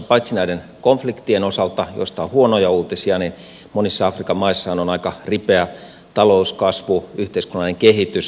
paitsi näiden konfliktien osalta joista on huonoja uutisia monissa afrikan maissahan on aika ripeä talouskasvu ja yhteiskunnallinen kehitys